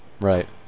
Right